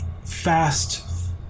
fast